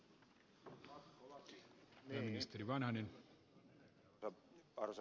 arvoisa puhemies